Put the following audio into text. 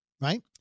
right